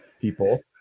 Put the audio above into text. people